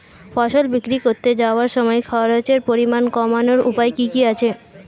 ফসল বিক্রি করতে যাওয়ার সময় খরচের পরিমাণ কমানোর উপায় কি কি আছে?